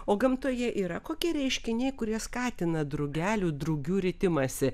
o gamtoje yra kokie reiškiniai kurie skatina drugelių drugių ritimąsi